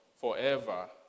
Forever